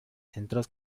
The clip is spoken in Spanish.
centros